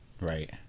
Right